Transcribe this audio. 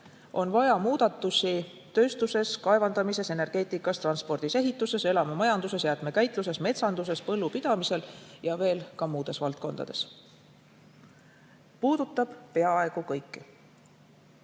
on vaja muudatusi tööstuses, kaevandamises, energeetikas, transpordis, ehituses, elamumajanduses, jäätmekäitluses, metsanduses, põllupidamisel ja veel muudeski valdkondades. See puudutab peaaegu kogu